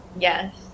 Yes